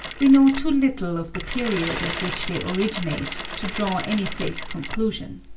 we know too little of the period at which they originate, to draw any safe conclusion.